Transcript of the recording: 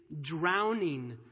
drowning